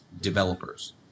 developers